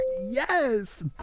Yes